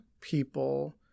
people